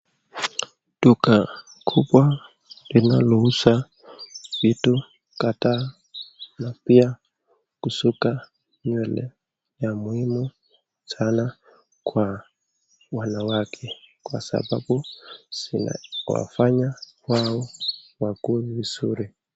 Duka kubwa linalouza vitu kadha na pia kusuka nywele ya muhimu sana kwa wanawake kwa sababu zinawafanya wao wakuwe vizuri.